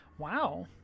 wow